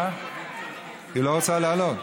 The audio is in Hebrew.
היא לא רוצה לעלות.